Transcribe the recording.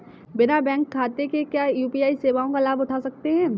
बिना बैंक खाते के क्या यू.पी.आई सेवाओं का लाभ उठा सकते हैं?